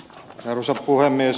arvoisa puhemies